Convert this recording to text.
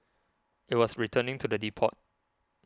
it was returning to the depot